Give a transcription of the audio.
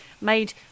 made